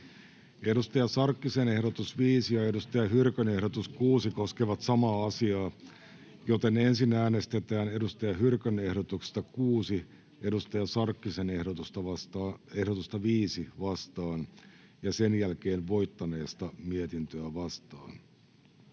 Hanna Sarkkisen ehdotus 5 ja Saara Hyrkön ehdotus 6 koskevat samaa asiaa, joten ensin äänestetään Saara Hyrkön ehdotuksesta 6 Hanna Sarkkisen ehdotusta 5 vastaan ja sen jälkeen voittaneesta mietintöä vastaan.